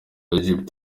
egypt